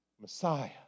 Messiah